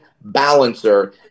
balancer